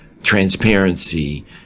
transparency